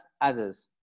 others